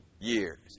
years